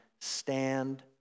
stand